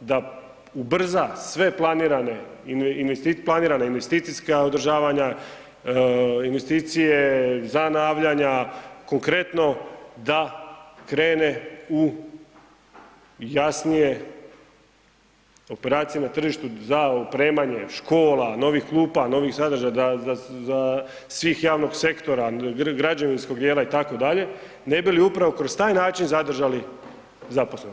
da ubrza sve planirane investicijska održavanja, investicije, zanavljanja, konkretno da krene u jasnije operacije na tržištu, da da opremanje škola, novih klupa, novih sadržaja, svih javnog sektora, građevinskog dijela itd. ne bi li upravo kroz taj način zadržali zaposlenost.